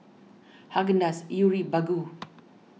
Haagen Dazs Yuri Baggu